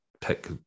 pick